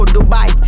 Dubai